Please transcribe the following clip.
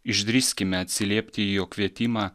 išdrįskime atsiliepti į jo kvietimą